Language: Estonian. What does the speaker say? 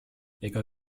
ega